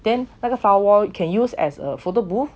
then 那个 flower wall can use as a photo booth